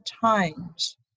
times